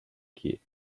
key